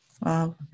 Wow